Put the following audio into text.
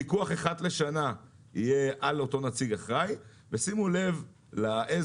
פיקוח אחת לשנה יהיה על אותו נציג אחראי ושימו לב לעז